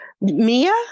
Mia